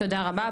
עינת, תודה רבה.